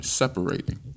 separating